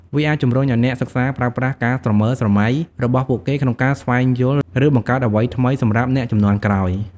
វាអាចជំរុញឲ្យអ្នកសិក្សាប្រើប្រាស់ការស្រមើលស្រមៃរបស់ពួកគេក្នុងការស្វែងយល់ ឬបង្កើតអ្វីថ្មីសម្រាប់អ្នកជំនាន់ក្រោយ។